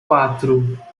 quatro